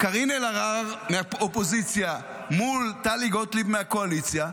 קארין אלהרר מהאופוזיציה מול טלי גוטליב מהקואליציה.